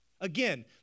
Again